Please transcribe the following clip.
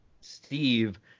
Steve